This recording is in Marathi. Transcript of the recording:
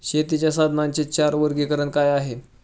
शेतीच्या साधनांचे चार वर्गीकरण काय आहे?